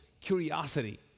curiosity